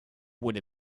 would